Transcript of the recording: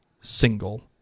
single